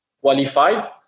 qualified